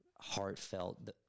heartfelt